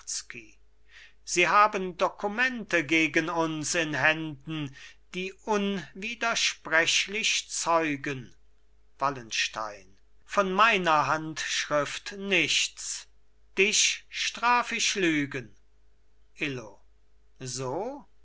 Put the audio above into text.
sie haben dokumente gegen uns in händen die unwidersprechlich zeugen wallenstein von meiner handschrift nichts dich straf ich lügen illo so